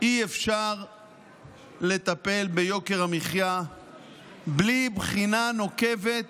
אי-אפשר לטפל ביוקר המחיה בלי בחינה נוקבת